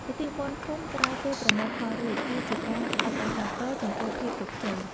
ពិធីបុណ្យភូមិក្រោយពេលប្រមូលផលរួច គឺជាការអបអរសាទរចំពោះភាពជោគជ័យ។